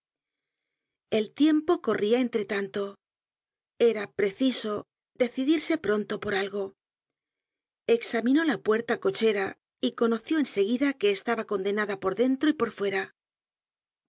el tiempo corria entre tanto era preciso decidirse pronto por algo examinó la puerta-cochera y conoció en seguida que estaba condenada por dentro y por fuera